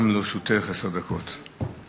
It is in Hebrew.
גם לרשותך עשר דקות.